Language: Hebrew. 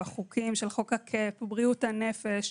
בחוקים כמו חוק הקאפ, בריאות הנפש,